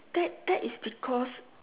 that that is because